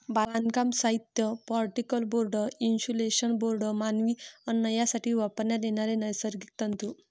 बांधकाम साहित्य, particle board, insulation board, मानवी अन्न यासाठी वापरण्यात येणारे नैसर्गिक तंतू